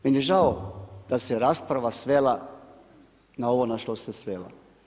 Meni je žao da se rasprava svela na ovo na što se svela.